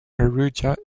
erudite